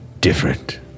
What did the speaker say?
different